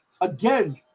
Again